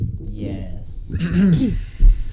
Yes